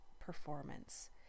performance